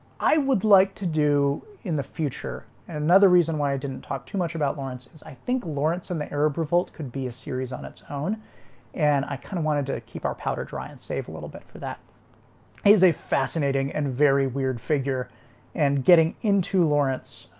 i would like to do in the future and another reason why i didn't talk too much about lawrence is i think lawrence and the arab revolt could be a series on its own and i kind of wanted to keep our powder dry and save a little bit for that is a fascinating and very weird figure and getting into lawrence.